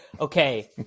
Okay